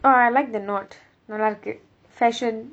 oh I like the knot நல்லா இருக்கு:nallaa irukku fashion